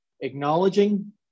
acknowledging